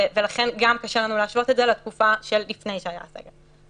ולכן גם קשה לנו להשוות את זה לתקופה לפני שהיה הסגר.